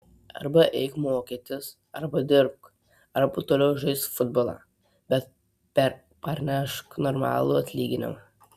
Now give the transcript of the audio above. arba eik mokytis arba dirbk arba toliau žaisk futbolą bet parnešk normalų atlyginimą